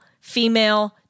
female